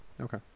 Okay